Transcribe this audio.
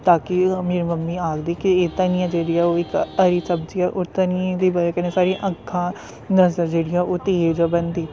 तां कि मेरी मम्मी आखदी कि एह् धनियां जेह्ड़ी ऐ ओह् इक हरी सब्जी ऐ धनियै दी बजह् कन्नै साढ़ी अक्खां नजर जेह्ड़ी ऐ ओह् तेज बनदी